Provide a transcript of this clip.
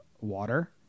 water